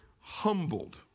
humbled